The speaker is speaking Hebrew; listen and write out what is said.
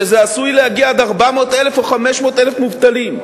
שזה עשוי להגיע עד 400,000 או 500,000 מובטלים,